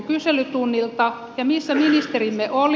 ja missä ministerimme oli